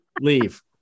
Leave